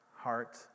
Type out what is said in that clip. heart